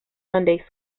sunday